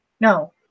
No